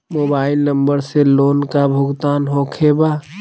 Mobile number से loan का भुगतान होखे बा?